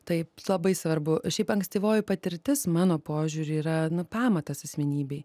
taip labai svarbu šiaip ankstyvoji patirtis mano požiūriu yra pamatas asmenybei